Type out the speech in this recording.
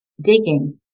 Digging